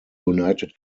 united